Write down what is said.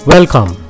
Welcome